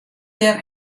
dêr